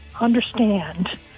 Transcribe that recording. understand